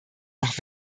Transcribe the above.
nach